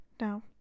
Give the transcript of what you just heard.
no